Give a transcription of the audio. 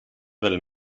del